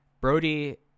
Brody